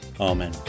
Amen